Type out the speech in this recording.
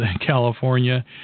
California